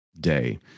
day